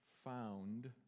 found